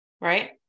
Right